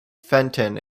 fenton